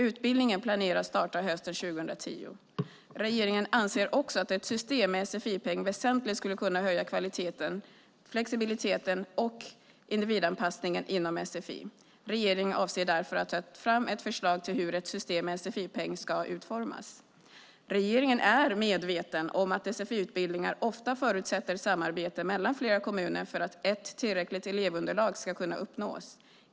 Utbildningen planeras starta hösten 2010. Regeringen anser också att ett system med sfi-peng väsentligt skulle kunna höja kvaliteten, flexibiliteten och individanpassningen inom sfi. Regeringen avser därför att ta fram ett förslag till hur ett system med sfi-peng ska utformas. Regeringen är medveten om att sfi-utbildningar ofta förutsätter samarbete mellan flera kommuner för att ett tillräckligt elevunderlag ska kunna uppnås.